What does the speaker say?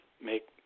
make